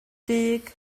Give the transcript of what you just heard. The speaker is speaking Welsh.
dug